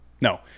No